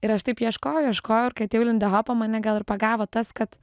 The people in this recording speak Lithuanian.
ir aš taip ieškojau ieškojau ir kai atėjau į lindopą mane gal ir pagavo tas kad